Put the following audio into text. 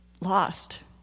lost